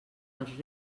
els